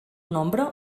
nombre